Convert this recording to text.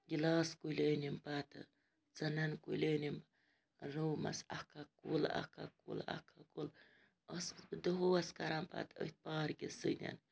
glass کُلۍ أنِم پَتہٕ ژٕنَن کُلۍ أنِم رُومَس اَکھ اَکھ کُل اَکھ اَکھ کُل اَکھ اَکھ کُل ٲسٕس بہٕ پَتہٕ دۄہَس کَران پَتہٕ أتھۍ پارکہِ سۭتۍ